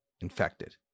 infected